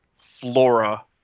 flora